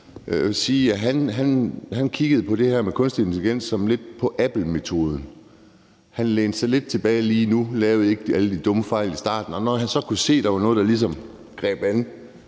han så på det her med kunstig intelligens sådan lidt ud fra Apple-metoden. Han lænede sig lidt tilbage lige nu og lavede ikke alle de dumme fejl i starten, og når han så kunne se, at der ligesom var noget,